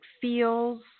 feels